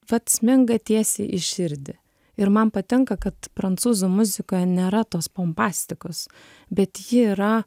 vat sminga tiesiai į širdį ir man patinka kad prancūzų muzikoje nėra tos pompastikos bet ji yra